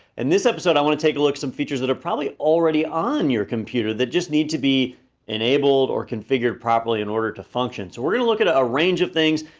and this episode, i wanna take a look at some features that are probably already on your computer that just need to be enabled or configured properly in order to function. so we're gonna look at a range of things,